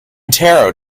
tarot